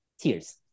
tears